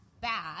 bad